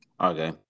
Okay